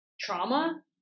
trauma